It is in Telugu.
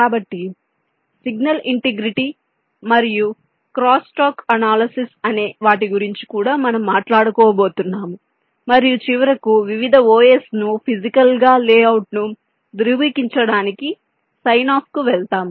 కాబట్టి సిగ్నల్ ఇంటిగ్రిటీ మరియు క్రాస్స్టాక్ అనాలసిస్ అనే వాటి గురించి కూడా మనం మాట్లాడుకోబోతున్నాము మరియు చివరకు వివిధ OS ను ఫిజికల్ గా లేఅవుట్ను ధృవీకరించడానికి సైన్ ఆఫ్ కు వెళ్తాము